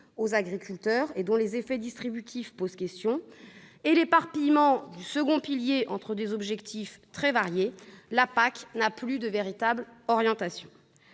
aux agriculteurs et dont les effets redistributifs posent question, et l'éparpillement du second pilier entre des objectifs très variés, la politique agricole commune n'a plus de véritable orientation.